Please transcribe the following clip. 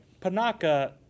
Panaka